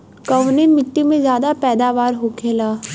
कवने मिट्टी में ज्यादा पैदावार होखेला?